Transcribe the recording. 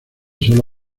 solo